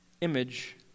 image